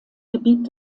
gebiet